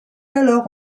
alors